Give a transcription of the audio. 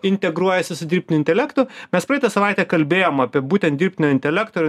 integruojasi su dirbtiniu intelektu mes praeitą savaitę kalbėjom apie būtent dirbtinio intelekto